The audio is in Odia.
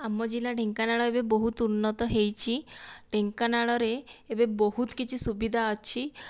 ଆମ ଜିଲ୍ଲା ଢେଙ୍କାନାଳ ଏବେ ବହୁତ ଉନ୍ନତ ହୋଇଛି ଢେଙ୍କାନାଳରେ ଏବେ ବହୁତ କିଛି ସୁବିଧା ଅଛି